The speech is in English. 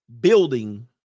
Building